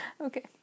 okay